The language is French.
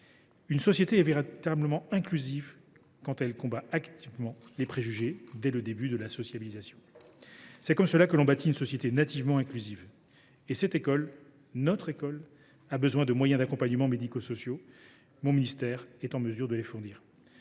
Une société est véritablement inclusive quand elle combat activement les préjugés dès le début de la sociabilisation. C’est de cette manière que l’on bâtit une société nativement inclusive. Pour ce faire, notre école a besoin de moyens d’accompagnement médico sociaux. Mon ministère est en mesure de les fournir.